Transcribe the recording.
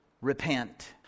Repent